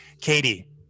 Katie